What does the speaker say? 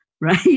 right